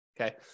Okay